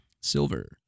silver